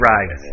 Rise